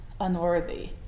unworthy